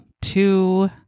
two